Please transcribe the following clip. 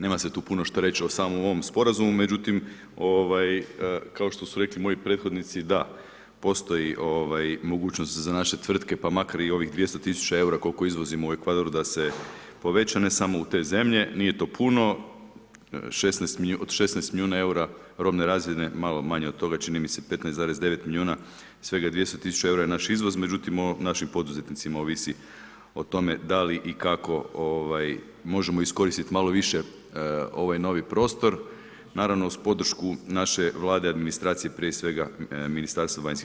Nema se tu puno što reći o samom ovom sporazumu međutim kao što su rekli moji prethodnici da postoji mogućnost za naše tvrtke pa makar i ovih 200 000 eura koliko izvozimo u Ekvador da se poveća ne samo u te zemlje, nije to puno, od 16 milijuna robne razmjene, malo manje od toga čini mi se, 15,9 milijuna, svega 200 000 eura je naš izvoz, međutim o našim poduzetnicima ovisi o tome da li i kako možemo iskoristiti malo više ovaj novi prostor naravno uz podršku naše Vlade i administracije prije svega, MVEP-a.